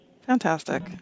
Fantastic